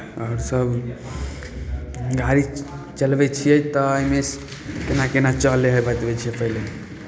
आओर सभ गाड़ी चलबै छियै तऽ एहिमे केना केना चलै हइ बतबै छियै पहिले